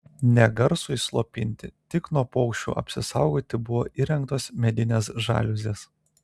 ne garsui slopinti tik nuo paukščių apsisaugoti buvo įrengtos medinės žaliuzės